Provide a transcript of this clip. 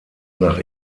nach